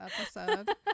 episode